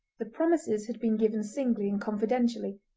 the promises had been given singly and confidentially,